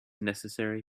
necessary